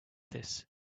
this